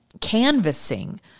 canvassing